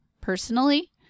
personally